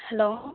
hello